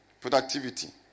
productivity